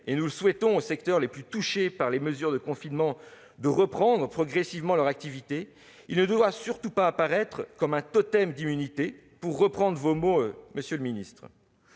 nous le souhaitons, aux secteurs les plus touchés par les mesures de confinement de reprendre progressivement leur activité, il ne doit surtout pas apparaître comme un « totem d'immunité », pour reprendre vos mots, monsieur le ministre.